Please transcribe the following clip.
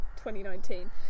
2019